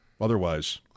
otherwise